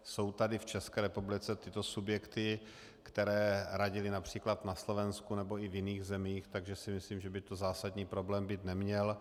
Jsou tady v České republice tyto subjekty, které radily například na Slovensku nebo i v jiných zemích, takže si myslím, že by to zásadní problém být neměl.